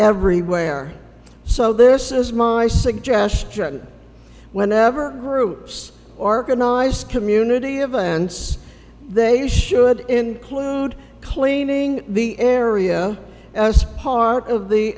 everywhere so this is my suggestion whenever groups organize community events they should include cleaning the area as part of the